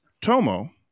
Tomo